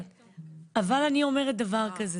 אבל אני אומרת דבר כזה,